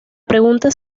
pregunta